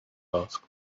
asked